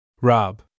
Rob